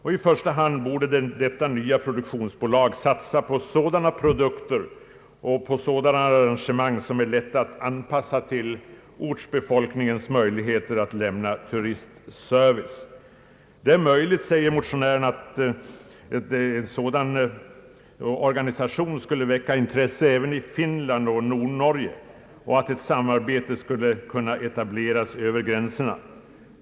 I första hand borde det nya produktionsbolaget satsa på sådana produkter och arrangemang som det är lätt att anpassa till ortsbefolkningens möjligheter att lämna turistservice. Motionärerna säger att det är möjligt att en sådan organisation skulle väcka intresse även i Finland och Nordnorge och att ett samarbete skulle kunna etableras över gränserna.